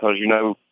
ah you know,